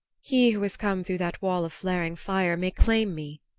he who has come through that wall of flaring fire may claim me,